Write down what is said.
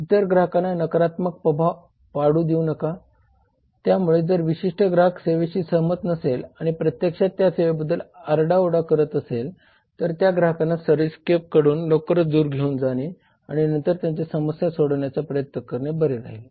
इतर ग्राहकांना नकारात्मक प्रभाव पाडू देऊ नका त्यामुळे जर विशिष्ट ग्राहक सेवेशी सहमत नसेल आणि प्रत्यक्षात त्या सेवेबद्दल आरडा ओरडा करत असेल तर त्या ग्राहकांना सर्विस स्केप कडून लवकरच दूर घेऊन जाणे आणि नंतर त्यांच्या समस्या सोडवण्याचा प्रयत्न करणे बरे राहील